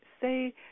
say